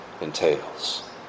entails